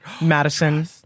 Madison